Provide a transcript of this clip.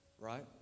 right